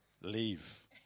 leave